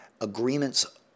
agreements